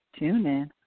TuneIn